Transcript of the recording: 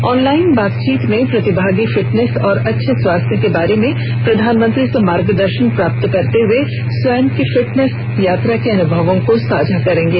online बातचीत में प्रतिभागी फिटनेस और अच्छे स्वास्थ्य के बारे में प्रधानमंत्री से मार्गदर्शन प्राप्त करते हुए स्वयं की फिटनेस यात्रा के अनुभवों को साझा करेंगे